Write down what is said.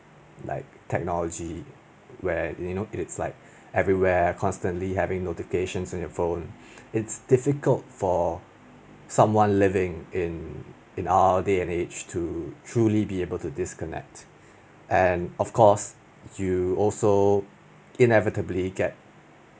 like technology where you know it is like everywhere constantly having notifications on your phone it's difficult for someone living in our day and age to truly be able to disconnect and of course you also inevitably get